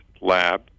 lab